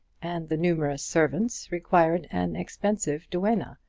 and the numerous servants required an experienced duenna,